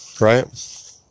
right